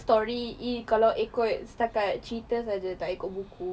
story kalau ikut setakat cerita sahaja tak ikut buku